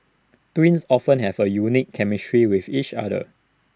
twins often have A unique chemistry with each other